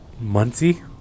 Muncie